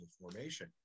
formation